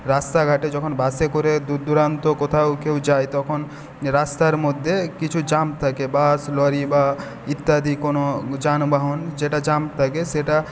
রাস্তা ঘাটে যখন বাসে করে দুর দুরান্ত কোথাও কেউ যায় তখন রাস্তার মধ্যে কিছু জাম থাকে বাস লরি বা ইত্যাদি কোন যানবাহন যেটা জাম থাকে সেটা